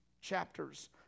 chapters